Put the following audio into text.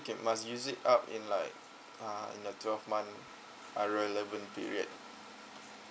must use it up in like uh in a twelve month uh relevant period